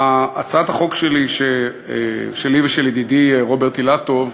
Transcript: הצעת החוק שלי ושל ידידי רוברט אילטוב